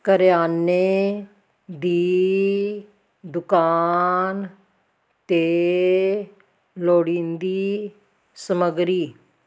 ਕਰਿਆਨੇ ਦੀ ਦੁਕਾਨ 'ਤੇ ਲੋੜੀਂਦੀ ਸਮੱਗਰੀ